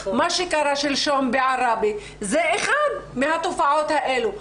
מה שקרה שלשום בעראבה זו אחת מהתופעות האלו.